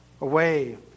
away